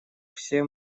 все